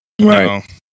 Right